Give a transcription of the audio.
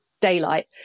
daylight